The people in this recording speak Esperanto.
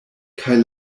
kaj